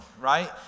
right